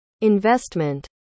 investment